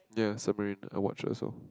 ya Submarine I watched also